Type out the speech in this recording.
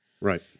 Right